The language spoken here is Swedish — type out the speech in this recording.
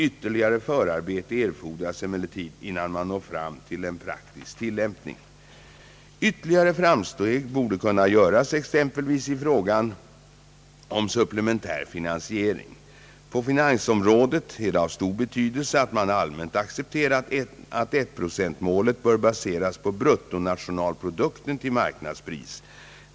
Ytterligare förarbete erfordras emellertid innan man når fram till en praktisk tilllämpning. Ytterligare framsteg borde kunna göras exempelvis i frågan om supplementär finansiering. På finansområdet är det av stor betydelse att man allmänt accepterat att 1 proc.-målet bör baseras på bruttonationalprodukten till marknadspris.